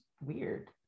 weird